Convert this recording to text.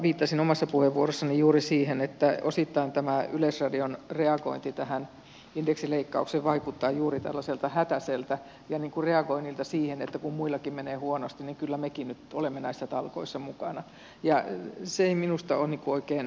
viittasin omassa puheenvuorossani juuri siihen että osittain tämä yleisradion reagointi tähän indeksileikkaukseen vaikuttaa juuri tällaiselta hätäiseltä ja reagoinnilta siihen että kun muillakin menee huonosti niin kyllä mekin nyt olemme näissä talkoissa mukana ja se ei minusta ole oikein hyvää politiikkaa